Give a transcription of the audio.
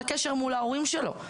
לקשר מול ההורים שלו.